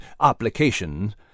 application